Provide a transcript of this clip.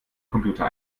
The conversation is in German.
computer